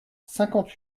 cinquante